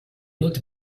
looked